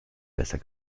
besser